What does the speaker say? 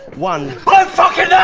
one. i don't fucking